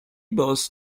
boss